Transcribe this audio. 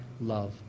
love